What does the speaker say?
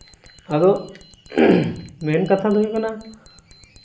ᱟᱫᱚ ᱢᱮᱱᱠᱟᱛᱷᱟ ᱫᱚ ᱦᱩᱭᱩᱜ ᱠᱟᱱᱟ